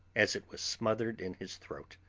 as it was smothered in his throat.